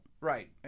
Right